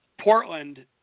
Portland